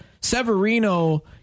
Severino